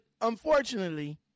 unfortunately